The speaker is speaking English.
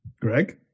Greg